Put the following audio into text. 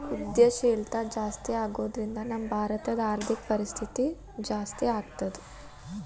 ಉದ್ಯಂಶೇಲ್ತಾ ಜಾಸ್ತಿಆಗೊದ್ರಿಂದಾ ನಮ್ಮ ಭಾರತದ್ ಆರ್ಥಿಕ ಪರಿಸ್ಥಿತಿ ಜಾಸ್ತೇಆಗ್ತದ